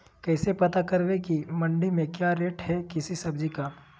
कैसे पता करब की मंडी में क्या रेट है किसी सब्जी का?